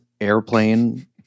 airplane